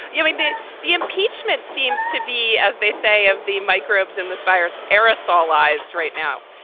you mean the the impeachment seems to be, as they say, of the microbes in this virus, aerosolized right now,